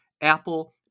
Apple